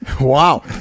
Wow